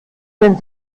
denn